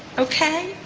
ok?